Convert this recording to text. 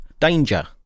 danger